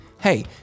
Hey